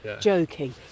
joking